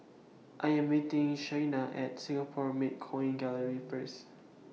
I Am meeting Shayna At Singapore Mint Coin Gallery First